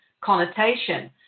connotation